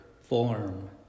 form